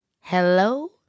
Hello